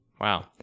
Wow